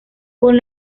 con